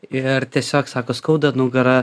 ir tiesiog sako skauda nugarą